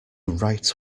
right